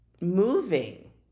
moving